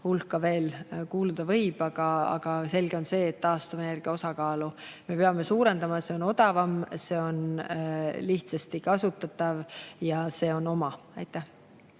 hulka veel kuuluda võib. Aga selge on see, et taastuvenergia osakaalu me peame suurendama. See on odavam, see on lihtsasti kasutatav ja see on oma. Aitäh!